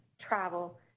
travel